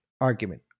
argument